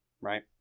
Right